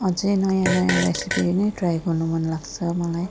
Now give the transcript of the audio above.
अझ नयाँ नयाँ रेसिपी पनि ट्राई गर्नु मन लाग्छ मलाई